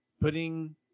putting